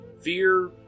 Fear